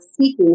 seeking